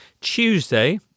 Tuesday